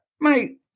mate